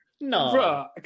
no